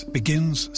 begins